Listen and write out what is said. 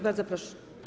Bardzo proszę.